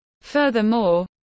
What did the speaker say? Furthermore